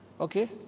Okay